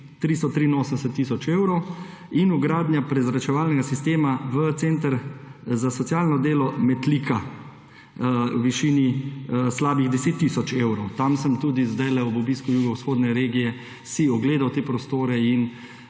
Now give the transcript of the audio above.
383 tisoč evrov, in vgradnja prezračevalnega sistema v Center za socialno delo Metlika v višini slabih 10 tisoč evrov. Tam sem si tudi zdaj ob obisku Jugovzhodne regije ogledal te prostore in